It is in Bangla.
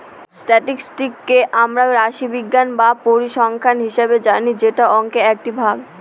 স্ট্যাটিসটিককে আমরা রাশিবিজ্ঞান বা পরিসংখ্যান হিসাবে জানি যেটা অংকের একটি ভাগ